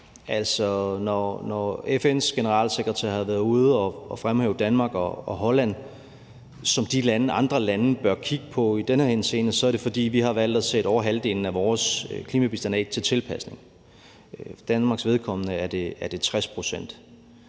når FN's generalsekretær har været ude at fremhæve Danmark og Holland som de lande, andre lande bør kigge på i den henseende, er det, fordi vi har valgt at sætte over halvdelen af vores klimabistand af til tilpasning. For Danmarks vedkommende er det 60 pct.